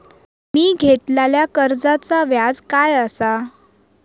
मी घेतलाल्या कर्जाचा व्याज काय आसा?